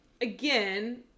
again